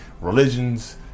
religions